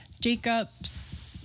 Jacob's